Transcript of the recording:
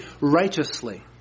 righteously